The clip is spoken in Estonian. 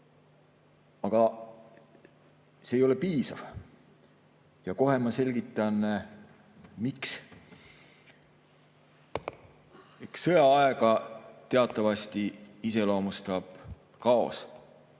Aga see ei ole piisav ja kohe ma selgitan, miks. Eks sõjaaega teatavasti iseloomustab kaos,